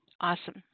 Awesome